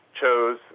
chose